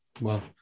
Wow